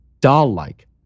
doll-like